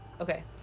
Okay